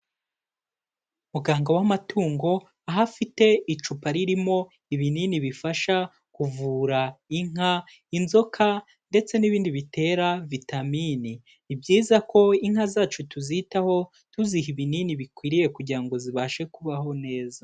Muganga w'amatungo aho afite icupa ririmo ibinini bifasha kuvura inka inzoka ndetse n'ibindi bitera vitamini. Ni byiza ko inka zacu tuzitaho tuziha ibinini bikwiriye kugira ngo zibashe kubaho neza.